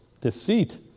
deceit